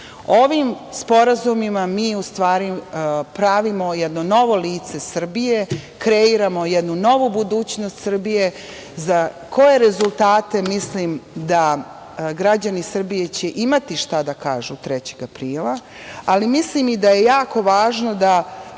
Ovim sporazumima mi u stvari pravimo jedno novo lice Srbije, kreiramo jednu novu budućnost Srbije, za koje rezultate mislim da će građani Srbije imati šta da kažu 3. aprila, ali mislim i da je jako važno da